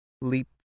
leap